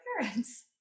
parents